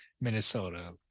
Minnesota